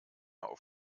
auf